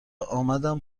آمدم